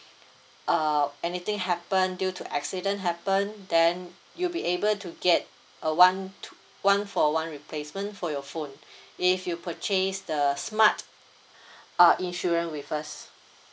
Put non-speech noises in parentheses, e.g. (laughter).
uh anything happen due to accident happen then you'll be able to get a one to one for one replacement for your phone (breath) if you purchase the smart (breath) uh insurance with us